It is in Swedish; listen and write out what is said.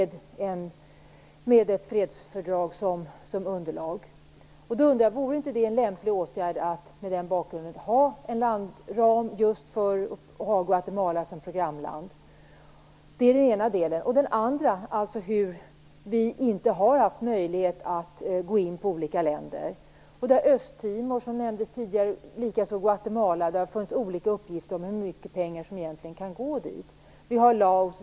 Då undrar jag: Vore det inte en lämplig åtgärd att för Guatemala ha en landram och ha Guatemala som programland? Vi har inte haft möjlighet att gå in på olika länder. Det finns olika uppgifter om hur mycket pengar som egentligen kan gå till Östtimor och Guatemala.